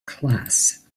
class